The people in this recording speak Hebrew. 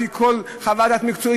לפי כל חוות דעת מקצועית,